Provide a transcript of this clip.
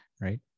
right